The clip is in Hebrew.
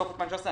בסוף 2019,